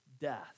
death